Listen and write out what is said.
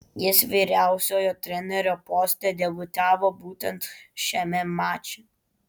jis vyriausiojo trenerio poste debiutavo būtent šiame mače